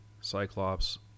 Cyclops